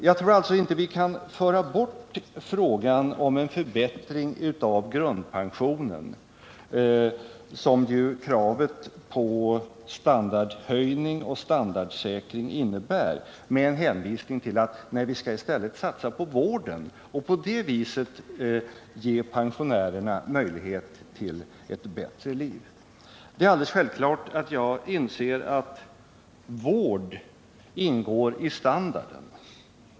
Jag tror alltså inte att vi kan föra bort frågan om en förbättring av grundpensionen, vilket ju kravet på standardhöjning och standardsäkring innebär, med en hänvisning till au vi i stället skall satsa på vården och på det viset ge pensionärerna möjligheter till ett bättre liv. Jag inser självfallet att vården ingår i standarden.